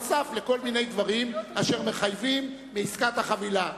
נוסף על כל מיני דברים אשר מחייבים בעסקת החבילה.